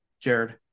Jared